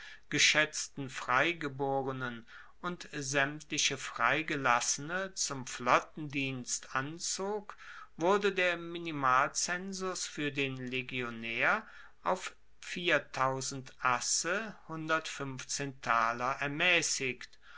geschaetzten freigeborenen und saemtliche freigelassene zum flottendienst anzog wurde der minimalzensus fuer den legionaer auf asse er